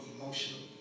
emotional